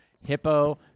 hippo